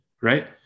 right